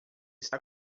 está